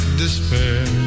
despair